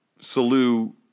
Salu